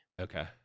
Okay